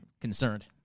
concerned